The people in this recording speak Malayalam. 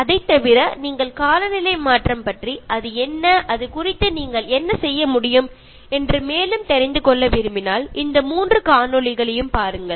ഇതു കൂടാതെ നിങ്ങൾക്ക് കാലാവസ്ഥ വ്യതിയാനത്തെ കുറിച്ച് കൂടുതൽ അറിയാനും എന്താണ് ആ അവസരങ്ങളിൽ ചെയ്യേണ്ടത് എന്ന് പറഞ്ഞു തരുകയും ചെയ്യുന്ന മൂന്ന് വീഡിയോകൾ കൂടിയുണ്ട്